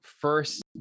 first